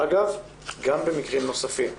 אגב, גם במקרים נוספים.